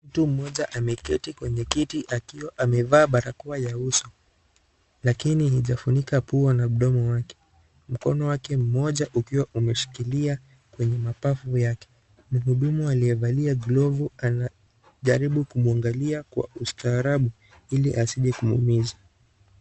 Mtu mmoja ameketi kwenye kiti akiwa amevaa barakoa ya uso lakini haijafunika pua na mdomo wake. mkono wake mmoja ukiwa umeshikilia kwenye mapavu yake mhudumu aliyevalia glavu anajaribu kumwangalia kwa ustarabu ili asije kumuuumiza.